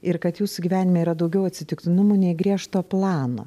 ir kad jūsų gyvenime yra daugiau atsitiktinumų nei griežto plano